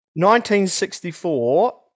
1964